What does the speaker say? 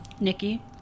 Nikki